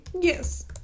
Yes